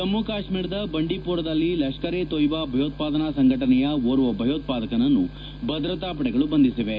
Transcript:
ಜಮ್ಮು ಕಾಶ್ಮೀರದ ಬಂಡಿಪೋರಾದಲ್ಲಿ ಲಷ್ಣರ್ ಎ ತೊಯ್ಲಾ ಭಯೋತ್ವಾದನಾ ಸಂಘಟನೆಯ ಓರ್ವ ಭಯೋತ್ಪಾದಕನನ್ನು ಭದ್ರತಾ ಪಡೆಗಳು ಬಂಧಿಸಿವೆ